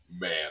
man